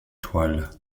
toile